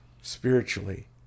spiritually